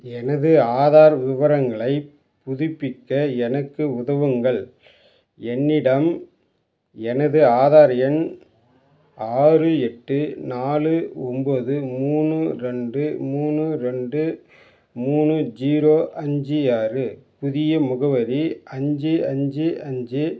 எனது ஆதார் விவரங்களைப் புதுப்பிக்க எனக்கு உதவுங்கள் என்னிடம் எனது ஆதார் எண் ஆறு எட்டு நாலு ஒன்போது மூணு ரெண்டு மூணு ரெண்டு மூணு ஜீரோ அஞ்சு ஆறு புதிய முகவரி அஞ்சு அஞ்சு அஞ்சு